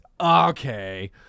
okay